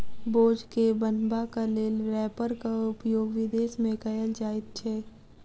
बोझ के बन्हबाक लेल रैपरक उपयोग विदेश मे कयल जाइत छै